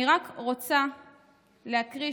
אני רק רוצה להקריא שיר,